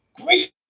Great